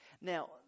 Now